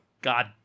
God